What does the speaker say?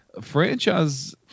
Franchise